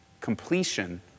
completion